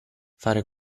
fare